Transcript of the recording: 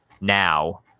now